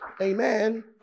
Amen